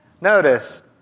Notice